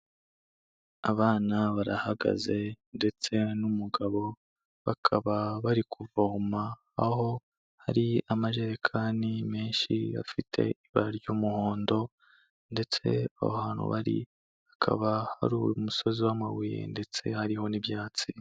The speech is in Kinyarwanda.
Abana barahagaze ndetse n'umugabo bakaba barikuvoma aho hari amajerekani menshi afite ibara ry'umuhondo, ndetse aho hantu bari hakaba hari umusozi w'amabuye, ndetse hariho n'ibyatsi.